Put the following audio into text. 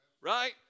Right